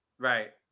Right